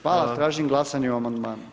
Hvala, tražim glasanje o amandmanu.